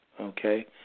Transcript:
okay